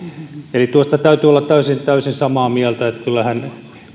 eli tuosta täytyy olla täysin samaa mieltä että kyllähän